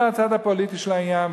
זה הצד הפוליטי של העניין,